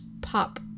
pop